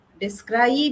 describe